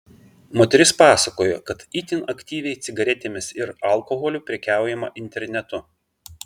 moteris pasakojo kad itin aktyviai cigaretėmis ir alkoholiu prekiaujama internetu